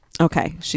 Okay